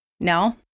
No